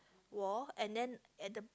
wall and then at the